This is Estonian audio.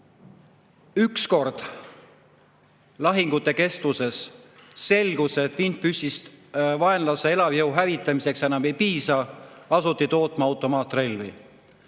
ükskord lahingute käigus selgus, et vintpüssist vaenlase elavjõu hävitamiseks enam ei piisa, asuti tootma automaatrelvi,